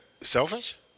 selfish